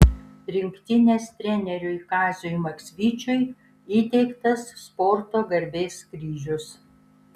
rinktinės treneriui kaziui maksvyčiui įteiktas sporto garbės kryžius